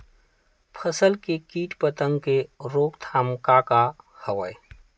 फसल के कीट पतंग के रोकथाम का का हवय?